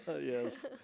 Yes